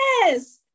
yes